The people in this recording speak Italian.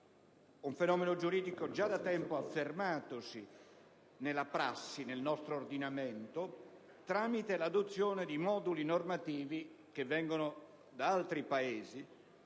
un fenomeno giuridico, già da tempo affermatosi nella prassi, nel nostro ordinamento, tramite l'adozione di moduli normativi che vengono da altri Paesi,